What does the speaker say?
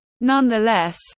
Nonetheless